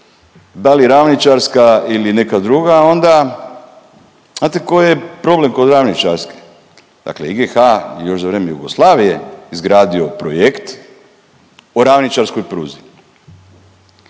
da li ravničarska ili neka druga, onda znate koji je problem kod ravničarske? Dakle IGH još za vrijeme Jugoslavije izgradio projekt o ravničarskoj pruzi,